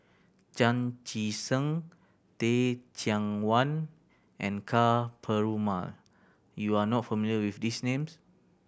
Chan Chee Seng Teh Cheang Wan and Ka Perumal you are not familiar with these names